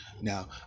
Now